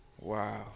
Wow